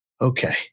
Okay